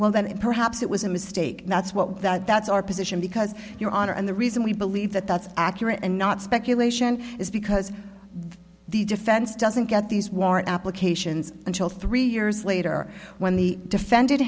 well then and perhaps it was a mistake that's what that's our position because your honor and the reason we believe that that's accurate and not speculation is because the defense doesn't get these warrant applications until three years later when the defend